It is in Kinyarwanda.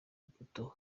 imbuto